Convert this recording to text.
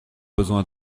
besoin